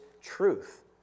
truth